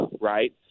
right